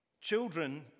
children